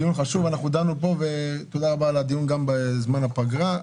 זה דיון חשוב, ותודה רבה על הדיון גם בזמן הפגרה.